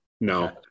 no